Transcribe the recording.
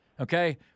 Okay